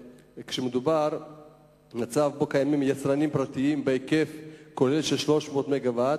מדובר במצב שבו קיימים יצרנים פרטיים בהיקף כולל של 300 מגוואט